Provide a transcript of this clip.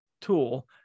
tool